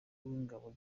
w’ingabo